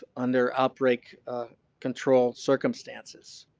ah under outbreak control circumstances.